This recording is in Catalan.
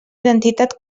identitat